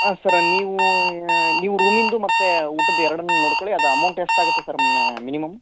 ಹಾಂ ಸರ್ ನೀವು ನೀವು ರೂಮಿಂದು ಮತ್ತು ಊಟದ್ದು ಎರಡನ್ನು ನೋಡ್ಕೊಳ್ಳಿ ಅದು ಅಮೌಂಟ್ ಎಷ್ಟಾಗುತ್ತೆ ಸರ್ ಮಿನಿಮಮ್